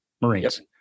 Marines